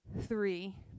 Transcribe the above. three